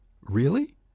Really